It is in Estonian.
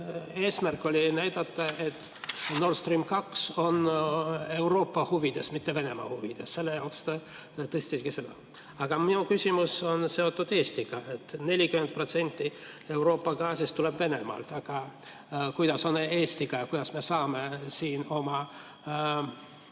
Eesmärk oli näidata, et Nord Stream 2 on Euroopa huvides, mitte Venemaa huvides. Selle jaoks ta tõstiski hinda. Aga minu küsimus on seotud Eestiga. 40% Euroopa gaasist tuleb Venemaalt. Aga kuidas on Eestiga? Kuidas me saame siin oma